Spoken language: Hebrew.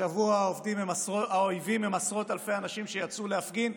השבוע האויבים הם עשרות אלפי אנשים שיצאו להפגין.